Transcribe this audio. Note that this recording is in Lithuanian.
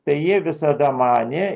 tai jie visada manė